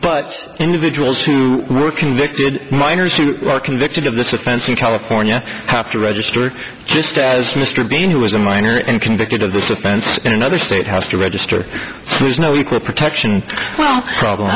but individuals who were convicted minors who are convicted of this offense in california have to register just as mr bean who was a minor and convicted of the sentence in another state has to register there's no equal protection problem